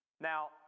Now